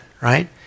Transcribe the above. Right